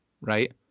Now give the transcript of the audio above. right